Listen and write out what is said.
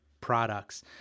products